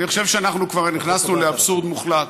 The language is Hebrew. אני חושב שאנחנו כבר נכנסנו לאבסורד מוחלט.